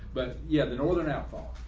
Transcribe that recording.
but yeah, the northern outfall.